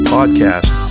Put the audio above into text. Podcast